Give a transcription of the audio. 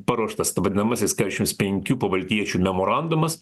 paruoštas vadinamasis keturiasdešimt penkių pabaltijiečių memorandumas